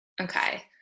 Okay